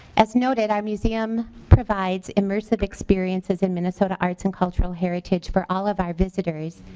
as noted our museum provides immersive experiences in minnesota arts and cultural heritage for all of our visitors.